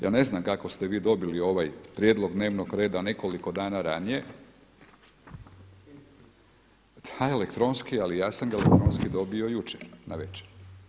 Ja ne znam kako ste vi dobili ovaj prijedlog dnevnog reda nekoliko dana ranije, …… [[Upadica se ne čuje.]] Da elektronski, ali ja sam ga elektronski dobio jučer navečer.